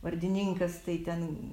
vardininkas tai ten